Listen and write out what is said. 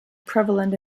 prevalent